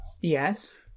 Yes